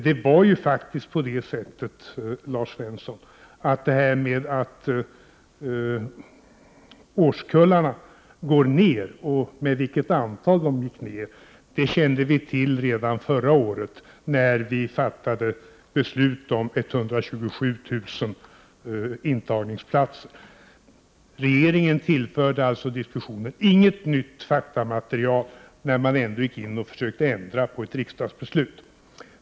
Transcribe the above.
Det var ju faktiskt så, Lars Svensson, att det förhållandet att årskullarna minskar och med vilket antal de går ned kände vi till redan förra året när vi fattade beslut om 127 000 intagningsplatser. Regeringen tillförde inte diskussionen något nytt faktamaterial när man ändå gick in och försökte ändra på ett riksdagsbeslut.